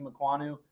McQuanu